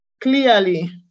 clearly